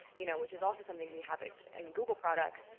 you know which is also something we have in google products,